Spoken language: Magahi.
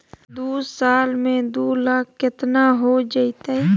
दू साल में दू लाख केतना हो जयते?